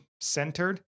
centered